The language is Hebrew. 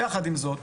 יחד עם זאת,